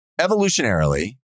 evolutionarily